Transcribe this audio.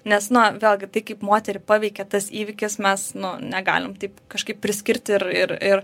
nes no vėlgi tai kaip moterį paveikia tas įvykis mes nu negalim taip kažkaip priskirt ir ir ir